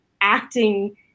acting